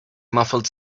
muffled